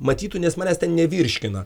matytų nes manęs ten nevirškina